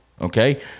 okay